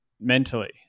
mentally